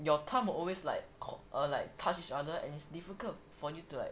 your thumb will always like like touch each other and it's difficult for you to like